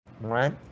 Right